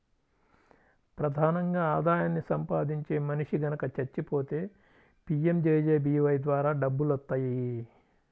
ప్రధానంగా ఆదాయాన్ని సంపాదించే మనిషి గనక చచ్చిపోతే పీయంజేజేబీవై ద్వారా డబ్బులొత్తాయి